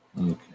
Okay